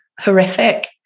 horrific